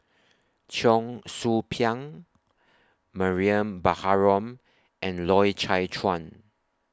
Cheong Soo Pieng Mariam Baharom and Loy Chye Chuan